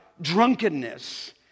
drunkenness